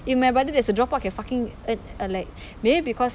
if my brother that's a dropout can fucking earn uh like maybe because